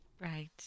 right